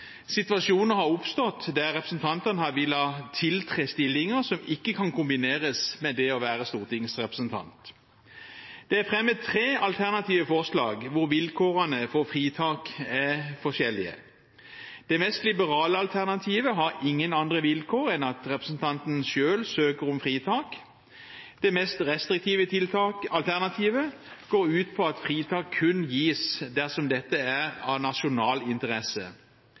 har villet tiltre stillinger som ikke kan kombineres med det å være stortingsrepresentant. Det er fremmet tre alternative forslag hvor vilkårene for fritak er forskjellige. Det mest liberale alternativet har ingen andre vilkår enn at representanten selv søker om fritak. Det mest restriktive alternativet går ut på at fritak kun gis dersom dette er av nasjonal interesse.